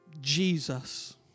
Jesus